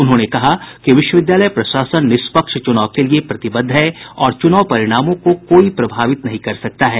उन्होंने कहा कि विश्वविद्यालय प्रशासन निष्पक्ष चुनाव के लिए प्रतिबद्ध है और चुनाव परिणामों को कोई प्रभावित नहीं कर सकता है